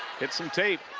hit some tape